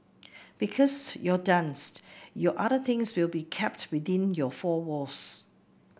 because your dance your other things will be kept within your four walls